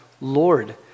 Lord